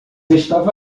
estava